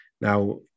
now